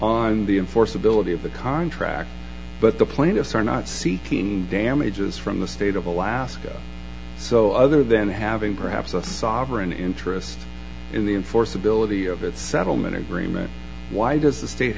on the enforceability of the contract but the plaintiffs are not seeking damages from the state of alaska so other than having perhaps a sovereign interest in the enforceability of that settlement agreement why does